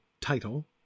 title